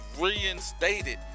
reinstated